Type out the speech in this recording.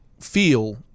feel